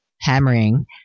hammering